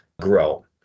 grow